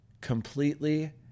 completely